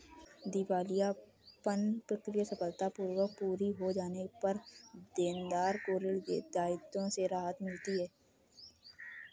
दिवालियापन प्रक्रिया सफलतापूर्वक पूरी हो जाने पर देनदार को ऋण दायित्वों से राहत मिलती है